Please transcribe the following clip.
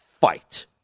fight